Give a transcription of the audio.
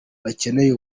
bacyeneye